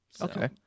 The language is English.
okay